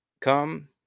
come